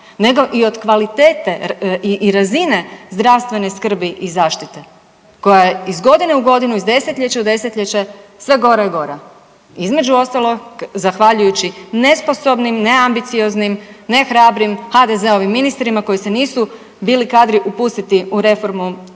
nego i od kvalitete i razine zdravstvene skrbi i zaštite, koja je iz godine u godinu, iz desetljeća u desetljeće, sve gora i gora. Između ostalog, zahvaljujući nesposobnim, neambicioznim, nehrabrim HDZ-ovim ministrima koji se nisu bili kadri upustiti u reformu